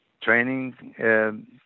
training